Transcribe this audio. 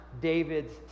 David's